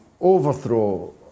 overthrow